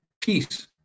peace